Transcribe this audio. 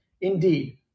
Indeed